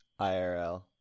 IRL